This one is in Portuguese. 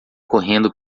correndo